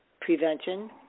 prevention